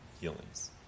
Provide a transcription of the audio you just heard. healings